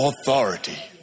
authority